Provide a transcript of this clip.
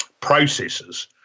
processes